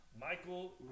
Michael